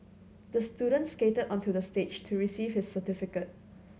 the student skated onto the stage to receive his certificate